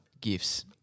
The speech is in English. gifts